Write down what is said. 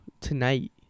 tonight